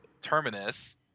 Terminus